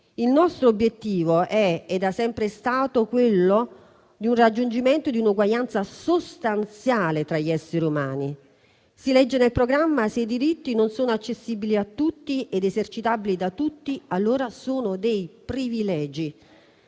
Il nostro obiettivo è da sempre stato quello del raggiungimento di un'uguaglianza sostanziale tra gli esseri umani. Si legge nel programma: se i diritti non sono accessibili a tutti ed esercitabili da tutti, allora sono dei privilegi.